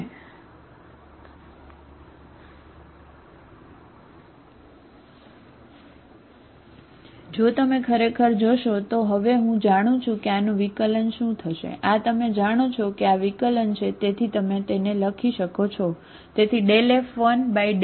તેથી જો તમે ખરેખર જોશો તો હવે હું જાણું છું કે આનું વિકલન શું થશે આ તમે જાણો છો કે આ વિકલન છે તેથી તમે તેને લખી શકો છો